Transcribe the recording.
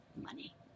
money